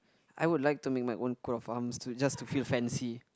I would like to make my own coat of arms to just to feel fancy